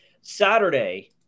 Saturday